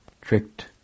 tricked